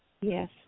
Yes